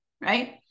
right